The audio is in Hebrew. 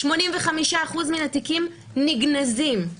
85% מהתיקים נגנזים.